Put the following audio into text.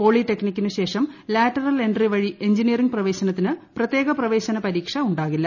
പോളിടെക്നിക്കിനു ശേഷം lateral entry വഴി engineering പ്രവേശനത്തിന് പ്രത്യേക പ്രവേശന പരീക്ഷ ഉണ്ടാകില്ല